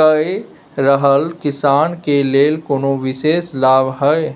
कए रहल किसान के लेल कोनो विशेष लाभ हय?